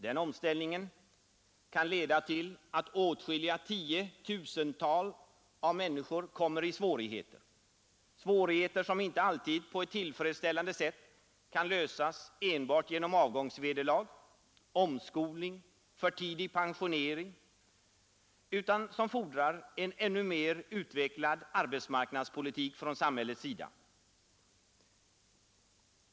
Den omställningen kan leda till att åtskilliga tiotusentals människor kommer i svårigheter — svårigheter som inte alltid på ett tillfredsställande sätt kan lösas enbart genom avgångsvederlag, omskolning eller för tidig pensionering, utan som fordrar en ännu mer utvecklad arbetsmarknadspolitik från samhällets sida.